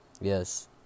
Yes